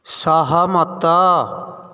ସହମତ